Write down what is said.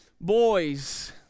boys